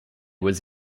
was